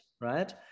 right